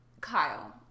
Kyle